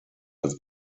als